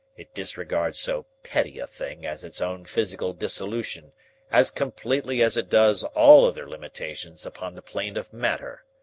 it disregards so petty a thing as its own physical dissolution as completely as it does all other limitations upon the plane of matter.